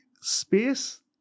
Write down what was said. space